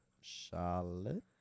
Charlotte